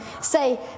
say